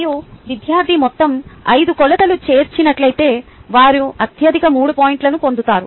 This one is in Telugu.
మరియు విద్యార్థి మొత్తం 5 కొలతలు చేర్చినట్లయితే వారు అత్యధిక 3 పాయింట్లను పొందుతారు